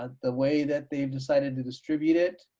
ah the way that they've decided to distribute it